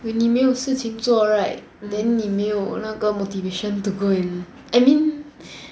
when 你没有事情做 right then 你没有那个 motivation to go and I mean